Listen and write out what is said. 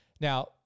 Now